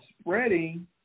spreading